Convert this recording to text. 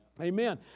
Amen